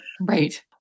Right